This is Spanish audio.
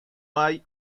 hay